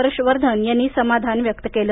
हर्ष वर्धन यांनी समाधान व्यक्त केलं